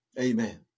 Amen